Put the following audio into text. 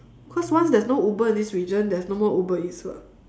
cause once there's no uber in this region there's no more uber eats lah